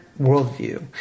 worldview